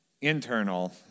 internal